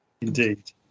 Indeed